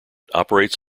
operates